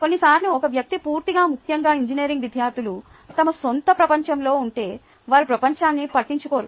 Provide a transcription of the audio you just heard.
కొన్నిసార్లు ఒక వ్యక్తి పూర్తిగా ముఖ్యంగా ఇంజనీరింగ్ విద్యార్థులు తమ సొంత ప్రపంచంలో ఉంటే వారు ప్రపంచాన్ని పట్టించుకోరు